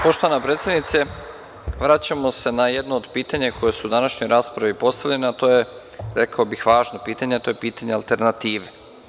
Poštovana predsednice, vraćamo se na jedno od pitanja koje je u današnjoj raspravi postavljeno, a to je važno pitanje, to je pitanje alternative.